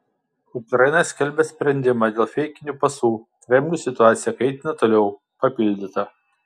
ukraina skelbia sprendimą dėl feikinių pasų kremlius situaciją kaitina toliau papildyta